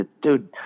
dude